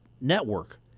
network